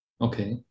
Okay